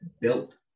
built